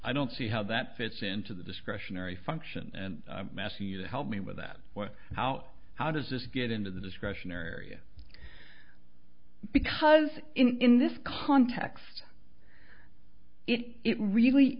i don't see how that fits into the discretionary function and asking you to help me with that how how does this get into the discretionary because in this context it really